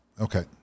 okay